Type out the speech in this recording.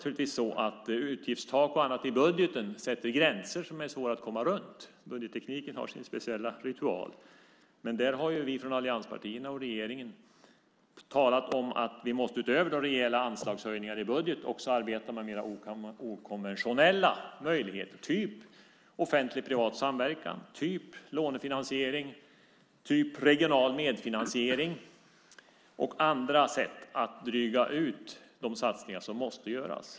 Utgiftstak och annat i budgeten sätter naturligtvis gränser som det är svårt att komma runt; budgettekniken har sin speciella ritual. Men där har vi i allianspartierna, även regeringen, talat om att vi utöver rejäla anslagshöjningar i budgeten också måste arbeta med mer okonventionella möjligheter typ offentlig-privat samverkan, typ lånefinansiering, typ regional medfinansiering och andra sätt att dryga ut när det gäller de satsningar som måste göras.